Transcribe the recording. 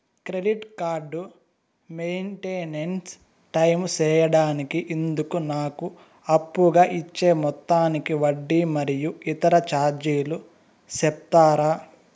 Credit card maintain time సేయడానికి ఇందుకు నాకు అప్పుగా ఇచ్చే మొత్తానికి వడ్డీ మరియు ఇతర చార్జీలు సెప్తారా?